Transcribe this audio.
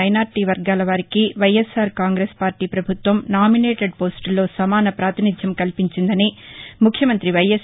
minority వర్గాల వారికి వైఎస్ఆర్ కాంగ్రెస్ ప్రభుత్వం నామినేటెడ్ పోస్టుల్లో సమాన ప్రాతినిధ్యం కల్పించిందని ముఖ్యమంత్రి వైఎస్